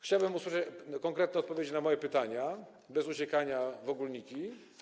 Chciałbym usłyszeć konkretne odpowiedzi na moje pytania, bez uciekania się do ogólników.